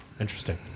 Interesting